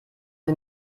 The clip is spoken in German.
sie